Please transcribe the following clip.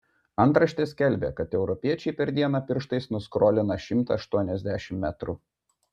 antraštė skelbė kad europiečiai per dieną pirštais nuskrolina šimtą aštuoniasdešimt metrų